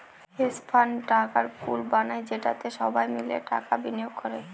hedge fund টাকার pool বানায় যেটাতে সবাই মিলে টাকা বিনিয়োগ করে